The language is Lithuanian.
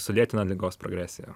sulėtina ligos progresiją